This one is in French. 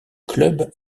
club